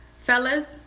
fellas